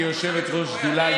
כיושבת-ראש שדולה,